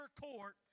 court